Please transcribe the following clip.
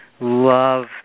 love